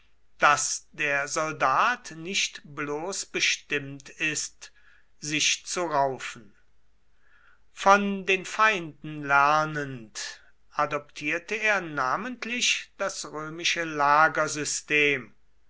daß der soldat nicht bloß bestimmt ist sich zu raufen von den feinden lernend adoptierte er namentlich das römische